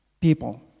people